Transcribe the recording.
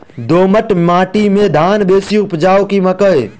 दोमट माटि मे धान बेसी उपजाउ की मकई?